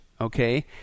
okay